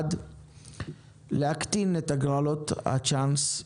להקטין את הגרלות הצ'אנס,